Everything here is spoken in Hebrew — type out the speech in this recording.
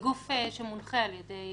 שמונחה על ידי